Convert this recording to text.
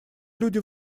люди